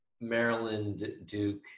Maryland-Duke